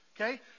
Okay